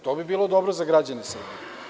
To bi bilo dobro za građane Srbije.